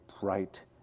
bright